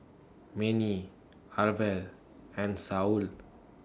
Manie Arvel and Saul